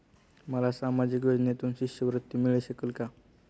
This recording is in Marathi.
मला सामाजिक योजनेतून शिष्यवृत्ती मिळू शकेल का?